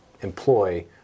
employ